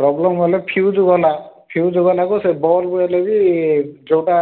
problem ହେଲେ fuse ବାଲା fuse ବାଲାକୁ ସେ ବଲ୍ ହେଲେ ବି ଯେଉଁଟା